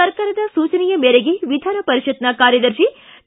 ಸರ್ಕಾರದ ಸೂಚನೆಯ ಮೇರೆಗೆ ವಿಧಾನ ಪರಿಷತ್ನ ಕಾರ್ಯದರ್ಶಿ ಕೆ